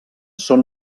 són